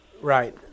Right